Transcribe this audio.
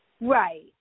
Right